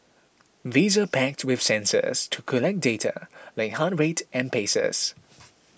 these are packed with sensors to collect data like heart rate and paces